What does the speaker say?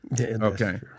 Okay